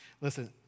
Listen